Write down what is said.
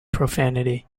profanity